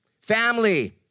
Family